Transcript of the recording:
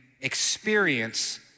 experience